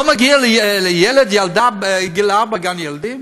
לא מגיע לילד, ילדה, בגיל ארבע, גן-ילדים?